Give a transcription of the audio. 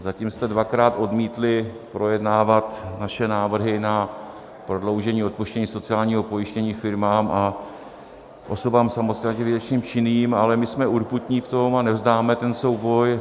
Zatím jste dvakrát odmítli projednávat naše návrhy na prodloužení a odpuštění sociálního pojištění firmám a osobám samostatně výdělečně činným, ale my jsme urputní v tom a nevzdáme ten souboj.